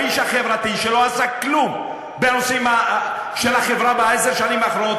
האיש החברתי שלא עשה כלום בנושאים של החברה בעשר השנים האחרונות,